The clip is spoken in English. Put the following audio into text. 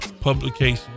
publication